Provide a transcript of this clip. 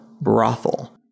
brothel